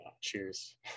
cheers